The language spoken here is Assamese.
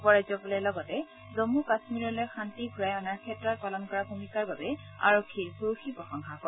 উপ ৰাজ্যপালে লগতে জম্মু কাশ্মীৰলৈ শান্তি ঘূৰাই অনাৰ ক্ষেত্ৰত পালন কৰা ভূমিকাৰ বাবে আৰক্ষীক ভূয়সী প্ৰশংসা কৰে